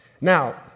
Now